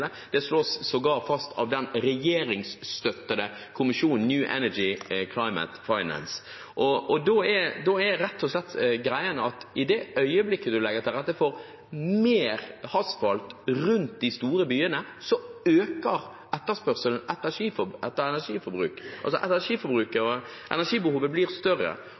det slås sågar fast av den regjeringsstøttede kommisjonen New Energy Finance. Da er rett og slett greien at i det øyeblikket man legger til rette for mer asfalt rundt de store byene, øker etterspørselen etter energi. Energiforbruket og energibehovet blir altså større.